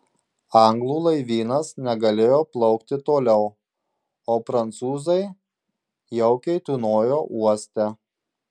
anglų laivynas negalėjo plaukti toliau o prancūzai jaukiai tūnojo uoste